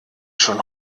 schon